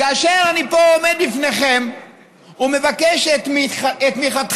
כאשר אני פה עומד בפניכם ומבקש את תמיכתכם